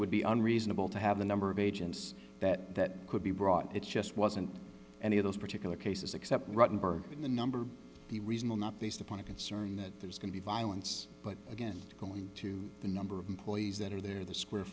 would be unreasonable to have the number of agents that could be brought it just wasn't any of those particular cases except ruttenberg in the number be reasonable not based upon a concern that there's going to be violence but again going to the number of employees that are there the square